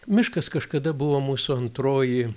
miškas kažkada buvo mūsų antroji